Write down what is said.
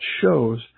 shows